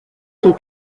son